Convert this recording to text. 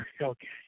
Okay